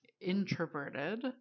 introverted